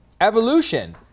Evolution